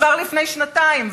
כבר לפני שנתיים,